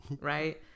right